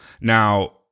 Now